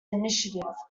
initiative